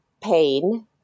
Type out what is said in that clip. pain